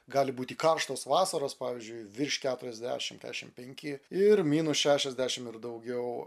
gali būti karštos vasaros pavyzdžiui virš keturiasdešim keturiasdešim penki ir minus šešiasdešim ir daugiau